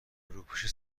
روپوش